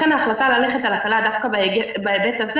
לכן ההחלטה ללכת על הקלה דווקא בהיבט הזה